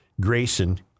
Grayson